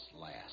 last